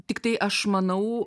tiktai aš manau